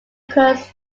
occurs